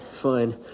fine